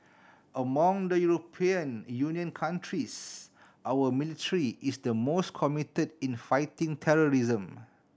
among the European Union countries our military is the most committed in fighting terrorism